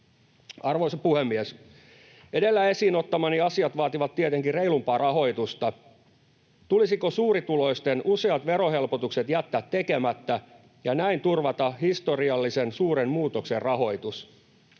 Arvoisa puhemies! Edellä esiin ottamani asiat vaativat tietenkin reilumpaa rahoitusta. Tulisiko suurituloisten useat verohelpotukset jättää tekemättä ja näin turvata historiallisen suuren muutoksen rahoitus,